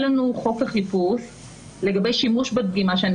לת האחורית לעשות שימוש באותה דגימה בעוד שבבגירים